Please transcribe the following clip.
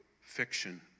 fiction